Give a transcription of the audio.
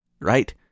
Right